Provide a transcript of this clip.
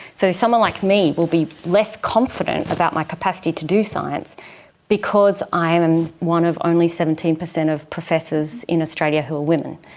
so someone like me will be less confident about my capacity to do science because i am one of only seventeen percent of professors in australia who are ah women.